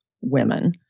women